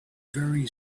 very